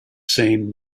same